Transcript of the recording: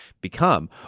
become